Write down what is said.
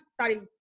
study